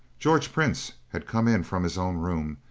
george prince had come in from his own room,